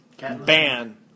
ban